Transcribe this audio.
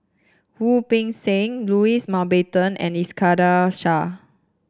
Wu Peng Seng Louis Mountbatten and Iskandar Shah